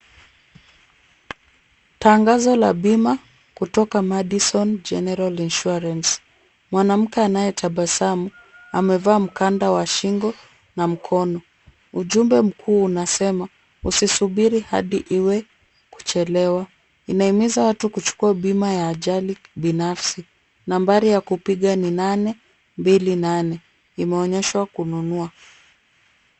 Tangazo la bima kutoka Madison General Insurance. Mwanamke anayetabasamu amevaa mkanda wa shingo na mkono. Ujumbe mkuu unasema " Usisubiri Hadi iwe kuchelewa." Inahimiza watu kuchukua bima ya watu binafsi. Nambari ya kupiga ni 828. Inaonyesha kununua.